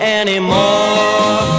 anymore